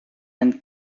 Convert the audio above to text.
and